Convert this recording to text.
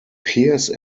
pierce